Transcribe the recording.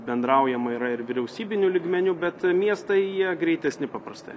bendraujama yra ir vyriausybiniu lygmeniu bet miestai jie greitesni paprastai